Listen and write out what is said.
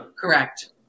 Correct